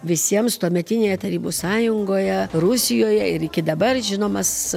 visiems tuometinėje tarybų sąjungoje rusijoje ir iki dabar žinomas